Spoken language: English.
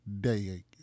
day